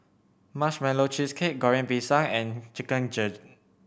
Marshmallow Cheesecake Goreng Pisang and Chicken Gizzard